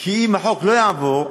כי אם החוק לא יעבור,